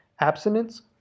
abstinence